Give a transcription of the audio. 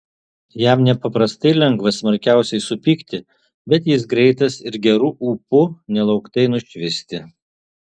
jam nepaprastai lengva smarkiausiai supykti bet jis greitas ir geru ūpu nelauktai nušvisti